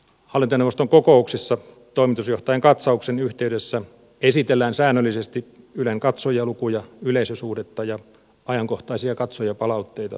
hallintoneuvoston kokouksessa toimitusjohtajan katsauksen yhteydessä esitellään säännöllisesti ylen katsojalukuja yleisösuhdetta ja ajankohtaisia katsojapalautteita